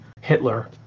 Hitler